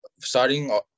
starting